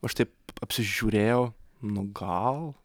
aš taip apsižiūrėjau nu gal